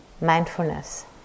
mindfulness